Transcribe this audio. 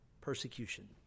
persecution